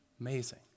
Amazing